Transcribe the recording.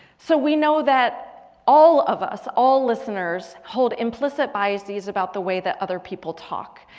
so we know that, all of us. all listeners hold implicit biases about the way that other people talk.